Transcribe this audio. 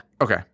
Okay